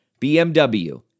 BMW